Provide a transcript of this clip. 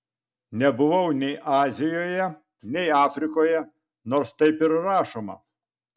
nebuvau nei azijoje nei afrikoje nors taip ir rašoma